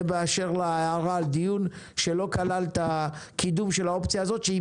זה באשר להערה על דיון שלא כלל את הקידום של האופציה הזאת שהיא